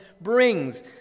brings